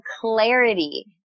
clarity